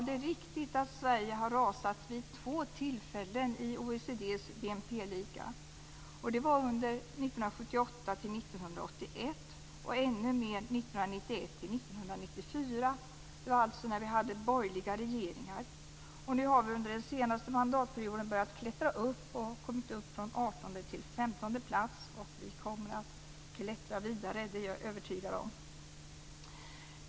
Det är riktigt att Sverige har rasat i OECD:s BNP-liga vid två tillfällen. Det var 1978-1981 och ännu mer 1991-1994. Det var alltså när vi hade borgerliga regeringar. Nu har vi under den senaste mandatperioden börjat klättra upp. Vi har kommit upp från 18:e till 15:e plats. Vi kommer också att klättra vidare, det är jag övertygad om.